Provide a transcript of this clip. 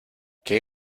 qué